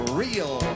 real